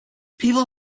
people